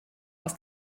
aus